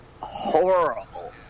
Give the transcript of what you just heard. horrible